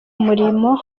umurimo